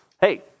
hey